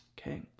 Okay